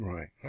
Right